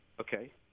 Okay